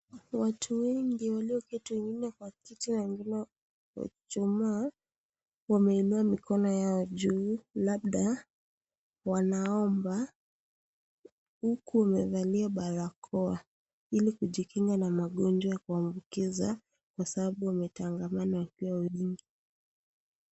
Watu wengi walioketi wengine kwa kiti na wengine kuchuchumaa wameinua mikono yao juu labda wanaomba, huku wamevalia barakoa ili kujikinga na magonjwa kuambukiza kwa sababu wametangamana wakiwa wengi.